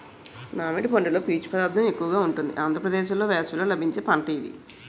మామిడి పండులో పీచు పదార్థం ఎక్కువగా ఉంటుంది ఆంధ్రప్రదేశ్లో వేసవిలో లభించే పంట ఇది